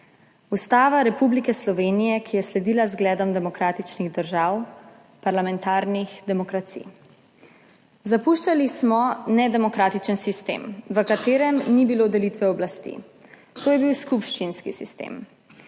Ustava Republike Slovenije, ki je sledila zgledom demokratičnih držav, parlamentarnih demokracij. Zapuščali smo nedemokratičen sistem, v katerem ni bilo delitve oblasti, to je bil skupščinski sistem.